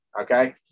Okay